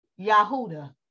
Yahuda